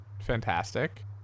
Fantastic